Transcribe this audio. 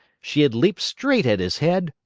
she had leaped straight at his head,